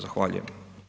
Zahvaljujem.